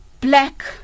black